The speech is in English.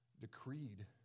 decreed